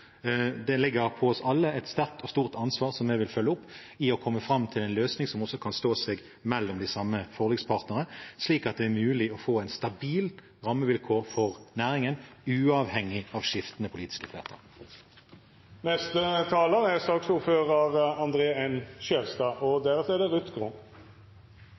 Det ligger på oss alle et sterkt og stort ansvar, som jeg vil følge opp, for å komme fram til en løsning som kan stå seg mellom de samme forlikspartnerne, slik at det er mulig å få stabile rammevilkår for næringen, uavhengig av skiftende politiske flertall. Ordfører! Jeg tror flertallet i denne saken har grunngitt sine intensjoner rimelig tydelig. Det